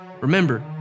Remember